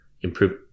improve